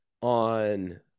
on